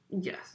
Yes